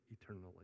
eternally